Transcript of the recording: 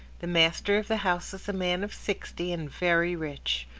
the master of the house was a man of sixty, and very rich.